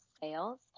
sales